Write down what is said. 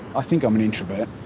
i think i'm an introvert.